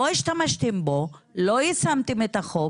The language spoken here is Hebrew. לא השתמשתם בו, לא יישמתם את החוק,